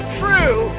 true